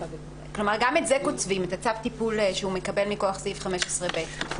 גם את צו הטיפול שהוא מקבל מכוח סעיף 15(ב) קוצבים.